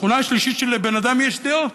התכונה השלישית, שלבן אדם יש דעות.